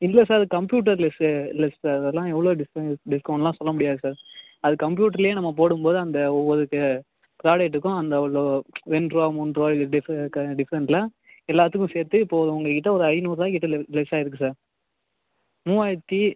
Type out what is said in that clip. இல்லை sir computer less less sir அதெலாம் எவ்வளோ டிஸ்கௌண்ட் டிஸ்கௌண்ட்லாம் சொல்ல முடியாது சார் அது கம்ப்யூட்டர்லேயே நம்ம போடும் போது அந்த ஒவ்வொரு க ப்ராடெக்டுக்கும் அந்த உள்ள ரெண்டுருபா மூண்ருபா டிஃப டிஃப்ரெண்ட்டில் எல்லாத்துக்கும் சேர்த்து இப்போ ஒரு உங்ககிட்ட ஒரு ஐந்நூறுபாக்கிட்ட லெ லெஸ் ஆகிருக்கு சார் மூவாயிரத்தி